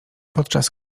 podczas